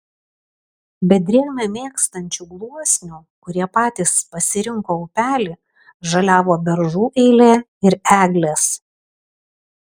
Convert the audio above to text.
be drėgmę mėgstančių gluosnių kurie patys pasirinko upelį žaliavo beržų eilė ir eglės